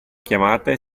chiamate